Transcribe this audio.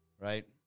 right